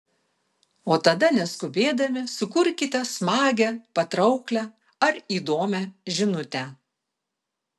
o tada neskubėdami sukurkite smagią patrauklią ar įdomią žinutę